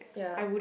yeah